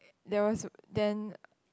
there was then